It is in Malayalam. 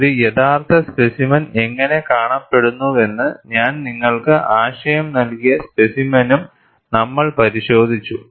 ഒരു യഥാർത്ഥ സ്പെസിമെൻ എങ്ങനെ കാണപ്പെടുന്നുവെന്ന് ഞാൻ നിങ്ങൾക്ക് ആശയം നൽകിയ സ്പെസിമെനും നമ്മൾ പരിശോധിച്ചു